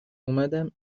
اومدم